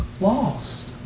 lost